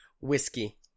Whiskey